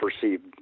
perceived